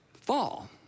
fall